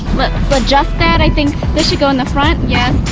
let's adjust that, i think. this should go in the front, yes.